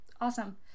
awesome